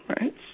right